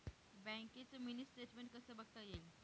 बँकेचं mini statement कसं बघता येईल?